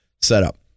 setup